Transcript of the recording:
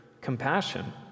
compassion